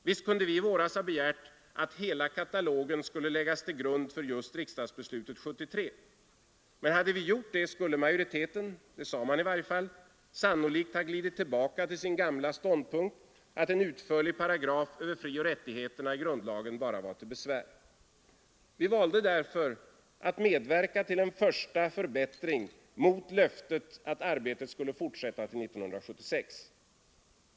Visst kunde vi i våras ha begärt att hela vår katalog över frioch rättigheter skulle läggas till grund för riksdagsbeslutet just 1973. Men hade vi gjort det skulle majoriteten — det sade man i varje fall — sannolikt ha glidit tillbaka till sin gamla ståndpunkt att en utförlig paragraf över frioch rättigheterna i grundlagen bara var till besvär. Vi valde därför att medverka till en första förbättring, mot löftet att arbetet skulle fortsätta till 1976.